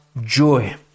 joy